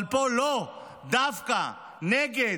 אבל פה: לא, דווקא, נגד,